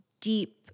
deep